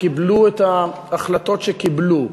שקיבלו את ההחלטות שקיבלו,